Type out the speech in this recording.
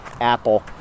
apple